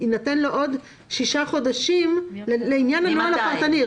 יינתנו לו עוד שישה חודשים לעניין הנוהל הפרטני.